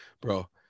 bro